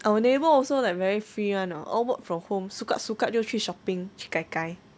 our neighbour also like very free [one] hor all work from home suka-suka 就去 shopping 去 gai gai